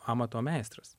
amato meistras